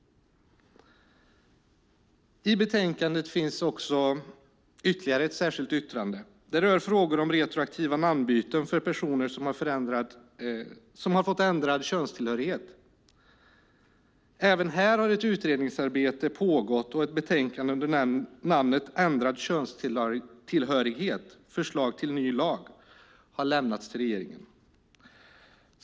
I betänkandet finns ytterligare ett särskilt yttrande. Det rör frågor om retroaktiva namnbyten för personer som har fått ändrad könstillhörighet. Även här har ett utredningsarbete pågått och ett betänkande under namnet Ändrad könstillhörighet - förslag till ny lag har lämnats till regeringen.